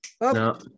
No